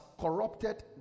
corrupted